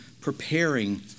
preparing